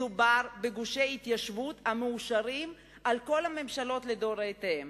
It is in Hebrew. מדובר בגושי התיישבות המאושרים בכל הממשלות לדורותיהן.